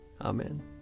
Amen